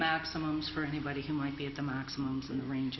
maximums for anybody who might be at the maximums in the ra